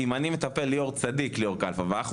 אם אני מטפל,